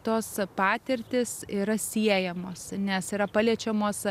tos patirtys yra siejamos nes yra paliečiamos